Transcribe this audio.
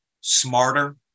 smarter